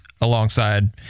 alongside